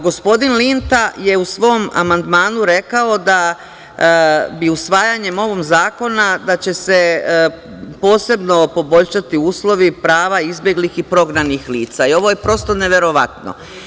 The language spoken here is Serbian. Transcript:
Gospodine Linta je u svom amandmanu rekao da bi usvajanjem ovog zakona da će se posebno poboljšati prava izbeglih i prognanih lica i ovo je prosto neverovatno.